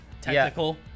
technical